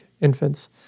infants